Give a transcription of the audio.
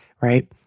right